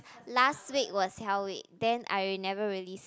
last week was hell week then I never really s~